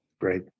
Great